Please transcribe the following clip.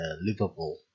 Liverpool